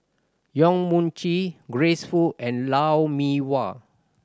Yong Mun Chee Grace Fu and Lou Mee Wah